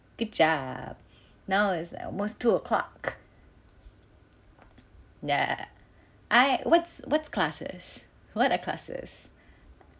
kejap now is like almost two o'clock ya I what's what's classes what are classes